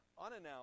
unannounced